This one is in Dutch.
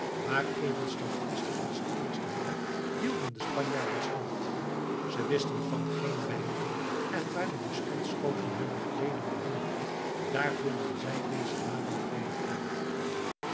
maar even standvastig als de eerste maal hielden de spanjaarden stand ze wisten van geen wijken en waar de musketschoten hunne gelederen dunden daar vulden zij deze dadelijk weder aan